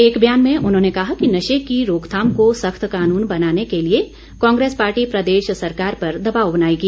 एक बयान में उन्होंने कहा कि नशे की रोकथाम को सख्त कानून बनाने के लिए कांग्रेस पार्टी प्रदेश सरकार पर दबाव बनाएगी